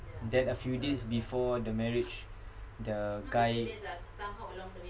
then a few days before the marriage the guy